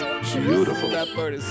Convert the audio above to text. Beautiful